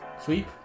Sweep